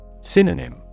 Synonym